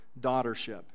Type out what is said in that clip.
daughtership